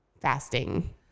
fasting